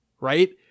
right